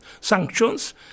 sanctions